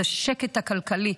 את השקט הכלכלי.